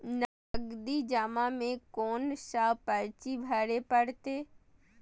नगदी जमा में कोन सा पर्ची भरे परतें?